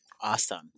Awesome